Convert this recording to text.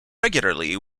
regularly